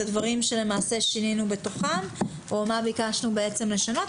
הדברים שלמעשה שינינו בתוכם או מה ביקשנו בעצם לשנות,